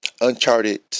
uncharted